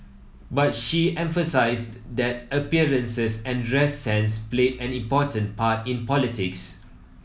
but she emphasised that appearances and dress sense played an important part in politics